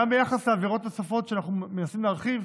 גם ביחס לעבירות נוספות שאנחנו מנסים להרחיב,